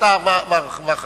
והבריאות.